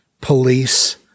police